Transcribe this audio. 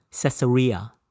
Caesarea